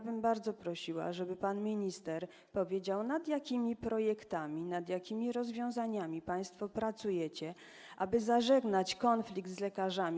Bardzo bym prosiła, żeby pan minister powiedział, nad jakimi projektami, nad jakimi rozwiązaniami państwo pracujecie, aby zażegnać konflikt z lekarzami.